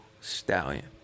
Stallion